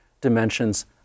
dimensions